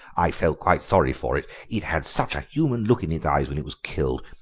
i felt quite sorry for it, it had such a human look in its eyes when it was killed.